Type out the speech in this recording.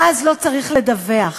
ואז לא צריך לדווח.